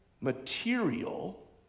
material